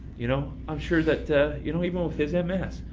you know. i'm sure that you know even with his and ms,